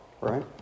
right